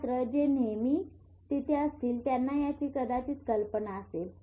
मात्र जे नेहमी तिथे असतील त्यांना याची कदाचित कल्पना असेल